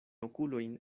okulojn